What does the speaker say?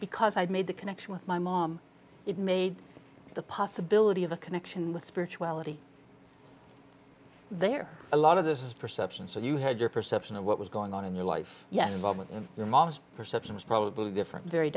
because i made the connection with my mom it made the possibility of a connection with spirituality there a lot of this is perception so you had your perception of what was going on in your life yes but with your mom's perception was probably different very